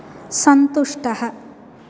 सन्तुष्टः